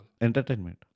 Entertainment